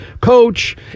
coach